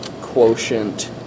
quotient